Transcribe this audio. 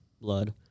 blood